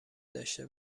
داشته